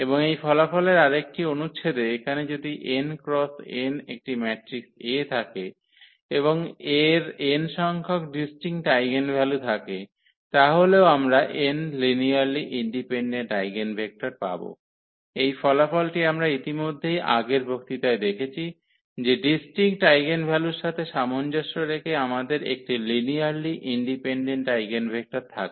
এবং এই ফলাফলের আরেকটি অনুচ্ছেদে এখানে যদি 𝑛 × 𝑛 একটি ম্যাট্রিক্স A থাকে এবং এর 𝑛 সংখ্যক ডিস্টিঙ্কট আইগেনভ্যালু থাকে তাহলেও আমরা 𝑛 লিনিয়ারলি ইন্ডিপেনডেন্ট আইগেনভেক্টর পাব এই ফলাফলটি আমরা ইতিমধ্যেই আগের বক্তৃতায় দেখেছি যে ডিস্টিঙ্কট আইগেনভ্যালুর সাথে সামঞ্জস্য রেখে আমাদের একটি লিনিয়ারলি ইন্ডিপেনডেন্ট আইগেনভেক্টর থাকে